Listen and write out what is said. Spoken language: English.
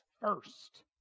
first